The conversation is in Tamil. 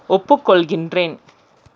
ஒப்புக்கொள்கின்றேன்